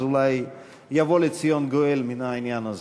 אז אולי יבוא לציון גואל מן העניין הזה.